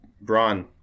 brawn